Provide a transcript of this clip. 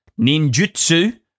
ninjutsu